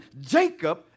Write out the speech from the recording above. Jacob